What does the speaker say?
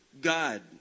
God